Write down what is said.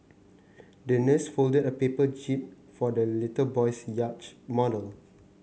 the nurse folded a paper jib for the little boy's yacht model